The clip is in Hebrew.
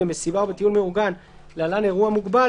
במסיבה או בטיול מאורגן (להלן - אירוע מוגבל),